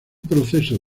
proceso